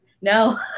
No